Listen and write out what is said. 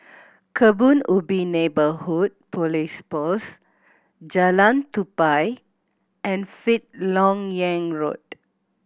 Kebun Ubi Neighbourhood Police Post Jalan Tupai and Fifth Lok Yang Road